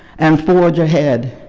and ford yeah ahead,